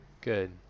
Good